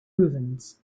rubens